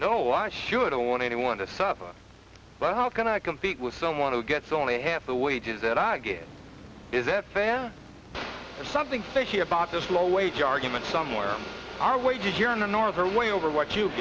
no i sure don't want anyone to suffer but how can i compete with someone who gets only half the wages that i get is that fair something fishy about this low wage argument somewhere our wages here in the north are way over what you